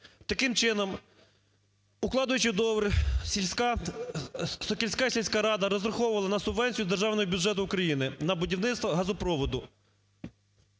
Таким чином, укладаючи договір, Сокільська сільська рада розраховувала на субвенцію з державного бюджету України на будівництво газопроводу